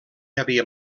havia